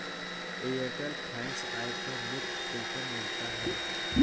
Airtel thanks app पर मुफ्त coupon मिलता है